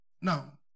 Now